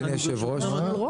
לקחת ברצינות.